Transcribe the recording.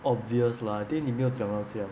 obvious lah I think 你没有讲到这样